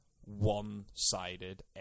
one-sided